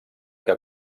que